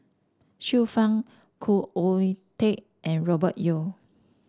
Xiu Fang Khoo Oon Teik and Robert Yeo